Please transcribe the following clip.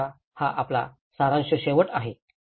तर आता हा आपल्या सारांशचा शेवट आहे